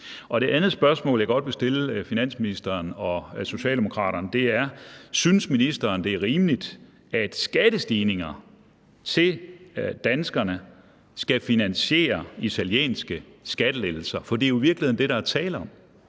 Det andet spørgsmål, jeg godt vil stille finansministeren og Socialdemokraterne, er: Synes ministeren, det er rimeligt, at skattestigninger til danskerne skal finansiere italienske skattelettelser? For det er jo i virkeligheden det, der er tale om.